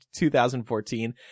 2014